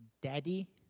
daddy